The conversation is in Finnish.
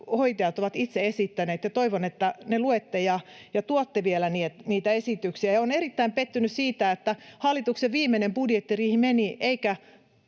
hoitajat ovat itse esittäneet. Toivon, että ne luette ja tuotte vielä niitä esityksiä. Olen erittäin pettynyt siihen, että hallituksen viimeinen budjettiriihi meni